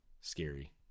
scary